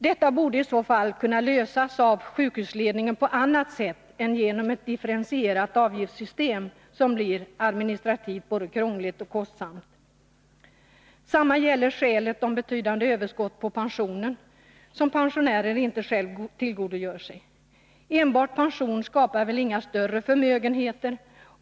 Detta borde i så fall kunna lösas av sjukhusledningen på ett annat sätt än genom ett differentierat avgiftssystem, som blir både administrativt krångligt och kostsamt. Detsamma gäller skälet om betydande överskott på pensionen, som pensionären själv inte tillgodogör sig. Enbart pension skapar väl inga större förmögenheter.